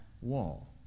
wall